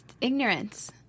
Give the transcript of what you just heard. ignorance